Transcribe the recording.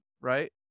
Right